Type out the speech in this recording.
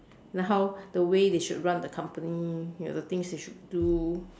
like how the way they should run the company you know the things they should do